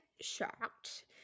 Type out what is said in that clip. shocked